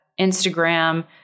Instagram